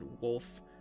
wolf